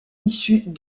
issus